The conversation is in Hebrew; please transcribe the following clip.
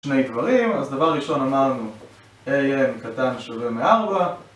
שני דברים, אז דבר ראשון אמרנו AM קטן שווה מ-4